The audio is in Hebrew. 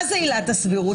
מה זה עילת הסבירות?